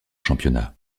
championnat